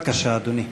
בבקשה, אדוני.